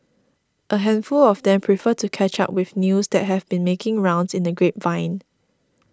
a handful of them prefer to catch up with news that have been making rounds in the grapevine